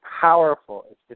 powerful